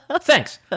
Thanks